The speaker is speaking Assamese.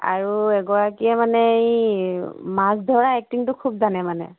আৰু এগৰাকীয়ে মানে মাছ ধৰা এক্টিংটো খুব জানে মানে